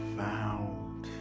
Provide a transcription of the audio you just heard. found